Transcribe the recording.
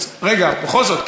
רגע, בכל זאת?